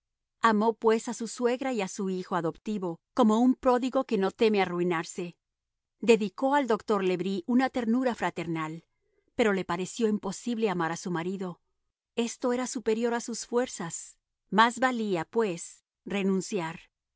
amó pues a su suegra y a su hijo adoptivo como un pródigo que no teme arruinarse dedicó al doctor le bris una ternura fraternal pero le pareció imposible amar a su marido esto era superior a sus fuerzas más valía pues renunciar